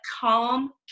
calm